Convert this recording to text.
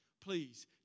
please